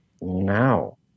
now